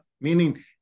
Meaning